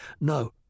No